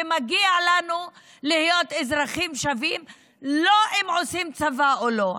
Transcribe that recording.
ומגיע לנו להיות אזרחים שווים לא אם עושים צבא או לא.